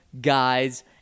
guys